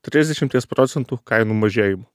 trisdešimties procentų kainų mažėjimu